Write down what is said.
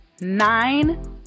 Nine